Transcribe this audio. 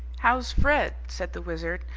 how's fred? said the wizard,